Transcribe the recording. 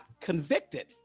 convicted